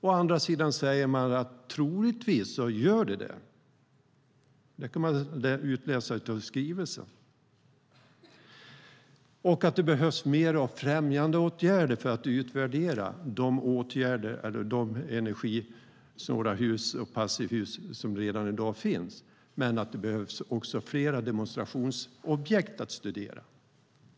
Å andra sidan säger man att det troligtvis gör det - det kan man utläsa av skrivelsen - och att det behövs mer av främjande åtgärder för att utvärdera de energisnåla hus och passivhus som redan i dag finns men att det behövs fler demonstrationsobjekt att studera.